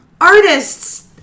artists